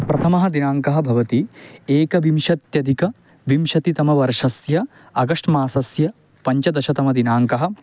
प्रथमः दिनाङ्कः भवति एकविंशत्यधिक विंशतितमवर्षस्य अगश्ट् मासस्य पञ्चदशतम दिनाङ्कः